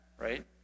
right